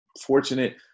fortunate